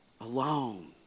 alone